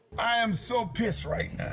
i am so pissed right